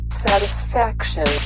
satisfaction